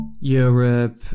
Europe